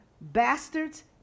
bastards